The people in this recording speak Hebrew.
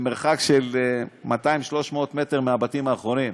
במרחק של 200 300 מטר מהבתים האחרונים,